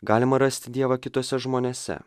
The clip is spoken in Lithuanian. galima rasti dievą kituose žmonėse